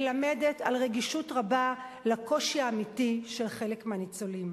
מלמדת על רגישות רבה לקושי האמיתי של חלק מהניצולים.